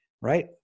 right